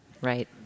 Right